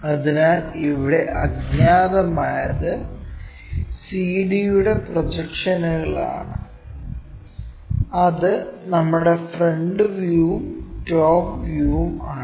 അതിനാൽ ഇവിടെ അജ്ഞാതമായത് CD യുടെ പ്രൊജക്ഷനുകളാണ് അത് നമ്മുടെ ഫ്രണ്ട് വ്യൂയും ടോപ് വ്യൂയും ആണ്